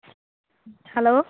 hello